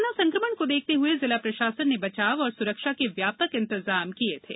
corona संकमण को देखते हुए जिला प्रशासन ने बचाव और सुरक्षा के व्यापक इंतजाम किये थे